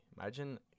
imagine